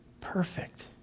perfect